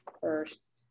First